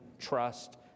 trust